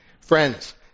Friends